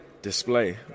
Display